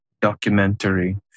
documentary